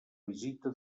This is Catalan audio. visita